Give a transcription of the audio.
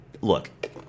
Look